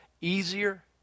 easier